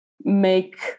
make